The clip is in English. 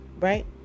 Right